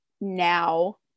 Now